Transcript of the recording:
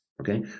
okay